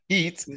eat